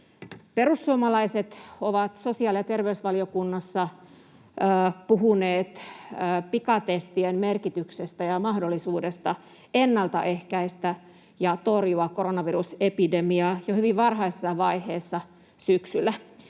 Perussuomalaiset ovat sosiaali- ja terveysvaliokunnassa puhuneet pikatestien merkityksestä ja mahdollisuudesta ennaltaehkäistä ja torjua koronavirusepidemiaa jo hyvin varhaisessa vaiheessa syksyllä.